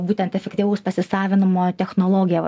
būtent efektyvaus pasisavinimo technologija va